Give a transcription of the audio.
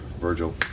Virgil